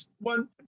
one